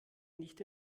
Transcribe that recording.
nicht